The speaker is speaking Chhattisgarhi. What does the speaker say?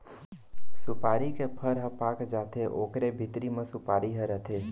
सुपारी के फर ह पाक जाथे ओकरे भीतरी म सुपारी ह रथे